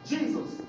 Jesus